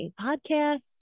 podcasts